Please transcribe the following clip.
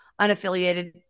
unaffiliated